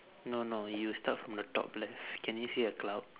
no no you start from the top left can you see a cloud